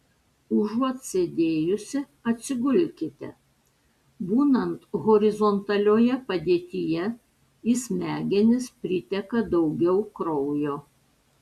užuot sėdėjusi atsigulkite būnant horizontalioje padėtyje į smegenis priteka daugiau kraujo